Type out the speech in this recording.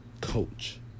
coach